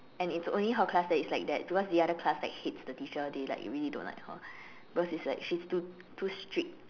and it's only her class that it's like that because the other class like hates the teacher they like really don't like her because it's like she's too too strict